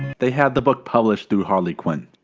they had the book published through harlequin.